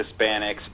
Hispanics